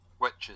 witches